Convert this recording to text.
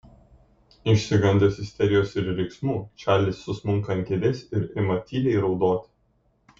išsigandęs isterijos ir riksmų čarlis susmunka ant kėdės ir ima tyliai raudoti